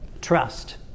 Trust